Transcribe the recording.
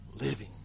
living